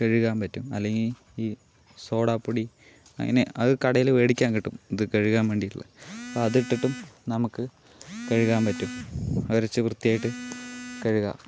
കഴുകാൻ പറ്റും അല്ലെങ്കിൽ ഈ സോഡാപ്പൊടി അങ്ങനെ അത് കടയിൽ മേടിക്കാൻ കിട്ടും ഇത് കഴുകാൻ വേണ്ടിയിട്ടുള്ള അതിട്ടിട്ടും നമുക്ക് കഴുകാൻ പറ്റും ഉരച്ചു വൃത്തിയായിട്ട് കഴുകാം